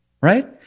right